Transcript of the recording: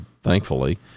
thankfully